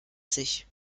sich